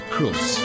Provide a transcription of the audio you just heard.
Cruz